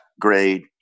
grade